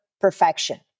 perfection